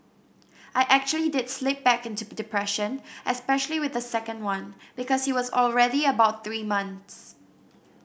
I actually did slip back into depression especially with the second one because he was already about three months